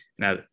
Now